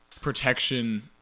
protection